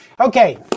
Okay